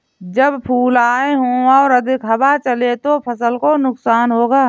जब फूल आए हों और अधिक हवा चले तो फसल को नुकसान होगा?